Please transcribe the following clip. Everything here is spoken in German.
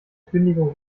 kündigung